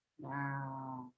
Wow